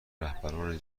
رهبران